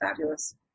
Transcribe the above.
fabulous